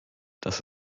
dass